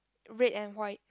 red and white